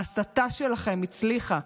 ההסתה שלכם הצליחה.